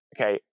okay